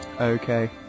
Okay